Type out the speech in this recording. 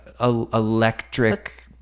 electric